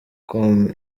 com